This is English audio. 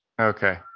Okay